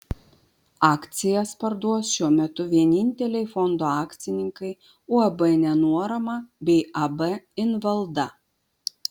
akcijas parduos šiuo metu vieninteliai fondo akcininkai uab nenuorama bei ab invalda